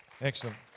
Excellent